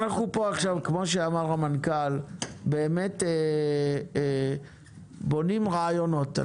כמו שאמר המנכ"ל, באמת בונים רעיונות.